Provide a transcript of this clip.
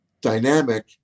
dynamic